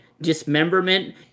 dismemberment